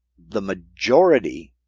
the majority